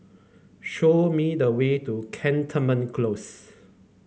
show me the way to Cantonment Close